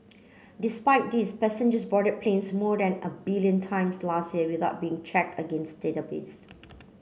despite this passengers boarded planes more than a billion times last year without being checked against database